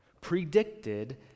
predicted